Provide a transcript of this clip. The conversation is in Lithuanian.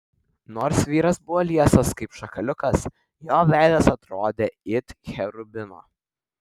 nors vyras buvo liesas kaip šakaliukas jo veidas atrodė it cherubino